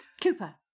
Cooper